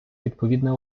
відповідне